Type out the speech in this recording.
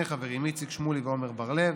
שני חברים: איציק שמולי ועמר בר לב,